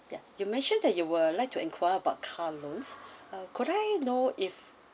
ya you mentioned that you would like to enquire about car loans ah could I know if